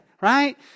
right